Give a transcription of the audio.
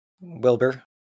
Wilbur